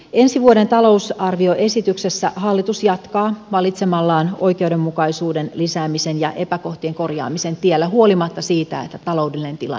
ensi vuoden talousarvioesityksessä hallitus jatkaa valitsemallaan oikeudenmukaisuuden lisäämisen ja epäkohtien korjaamisen tiellä huolimatta siitä että taloudellinen tilanne on erittäin haastava